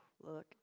Look